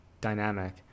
dynamic